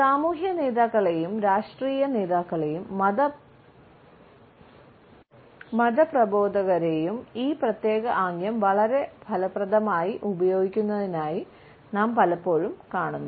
സാമൂഹ്യ നേതാക്കളെയും രാഷ്ട്രീയ നേതാക്കളെയും മതപ്രബോധകരെയും ഈ പ്രത്യേക ആംഗ്യം വളരെ ഫലപ്രദമായി ഉപയോഗിക്കുന്നതായി നാം പലപ്പോഴും കാണുന്നു